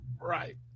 Right